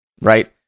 right